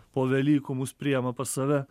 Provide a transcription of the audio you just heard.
po velykų mus priima pas save